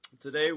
Today